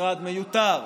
במשרד מיותר,